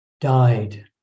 died